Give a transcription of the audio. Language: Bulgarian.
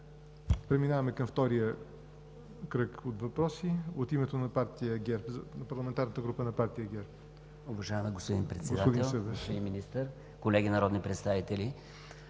Преминаваме към втория кръг от въпроси. От името на парламентарната група на партия ГЕРБ